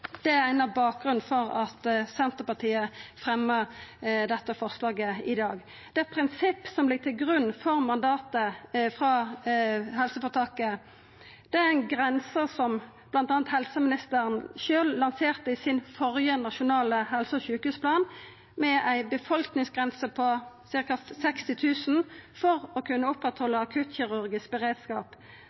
Det er ein av grunnane til at Senterpartiet fremjar dette forslaget i dag. Det prinsippet som ligg til grunn for mandatet frå helseføretaket, er ei grense som bl.a. helseministeren sjølv lanserte i sin førre nasjonale helse- og sjukehusplan, med ei befolkningsgrense på ca. 60 000 for å kunna oppretthalda akuttkirurgisk beredskap,